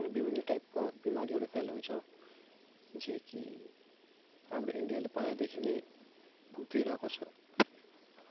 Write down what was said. अनि विभिन्न टाइपको बिमारीहरू फैलाउँछ जे कि हाम्रो इन्डियाले पहिलादेखि नै भोग्दै आएको छ